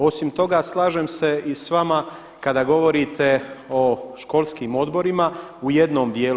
Osim toga, slažem se i s vama kada govorite o školskim odborima u jednom dijelu.